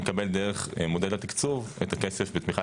הוא מקבל דרך מודל התקצוב את הכסף בתמיכה